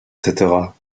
cetera